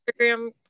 instagram